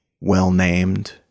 well-named